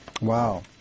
Wow